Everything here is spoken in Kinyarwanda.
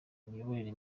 imiyoborere